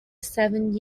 seven